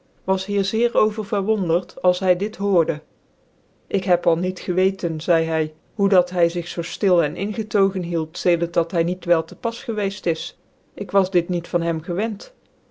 was hier zeer over verwondert als hy dit hoorde ik heb al niet geweten zcide hy hoe dat hy zig zoo ftil en ingetogen hield federt dat hy niet wel tc p ts gevveeft is ik was dit niet van hem gewent